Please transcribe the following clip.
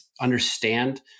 understand